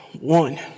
one